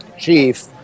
Chief